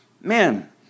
man